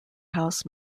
house